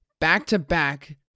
back-to-back